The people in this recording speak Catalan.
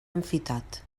enfitat